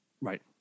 Right